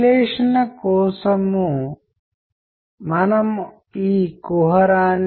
ఇప్పుడు ఈ సంక్షిప్త పరిచయం ముగింపులో కీలక బిందువులు సారాంశాన్ని మనము చూస్తాము ఎందుకంటే అవి మనకు సహాయపడతాయి